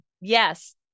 Yes